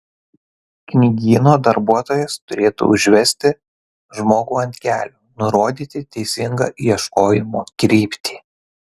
knygyno darbuotojas turėtų užvesti žmogų ant kelio nurodyti teisingą ieškojimo kryptį